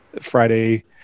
Friday